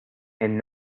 and